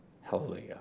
Hallelujah